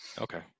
Okay